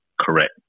Correct